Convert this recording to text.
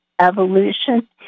evolution